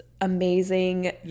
amazing